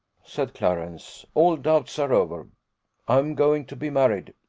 said clarence all doubts are over i am going to be married.